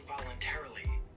voluntarily